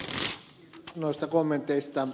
kiitos noista kommenteista